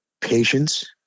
patience